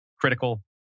critical